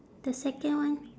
the second one